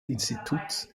instituts